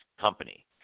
company